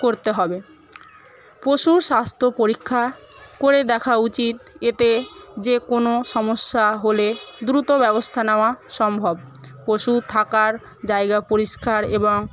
করতে হবে পশুর স্বাস্থ্য পরীক্ষা করে দেখা উচিত এতে যে কোনো সমস্যা হলে দ্রুত ব্যবস্থা নেওয়া সম্ভব পশু থাকার জায়গা পরিষ্কার এবং